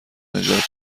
نجات